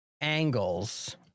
Angles